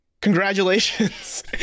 Congratulations